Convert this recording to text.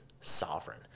sovereign